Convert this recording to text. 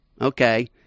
Okay